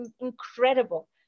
incredible